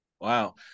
Wow